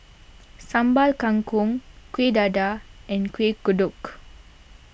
Sambal Kangkong Kuih Dadar and Kuih Kodok